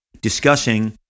discussing